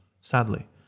Sadly